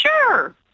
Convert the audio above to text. Sure